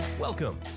Welcome